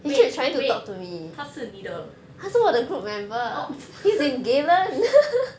wait wait 他是你的 orh